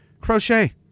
crochet